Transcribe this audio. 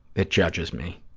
that judges me.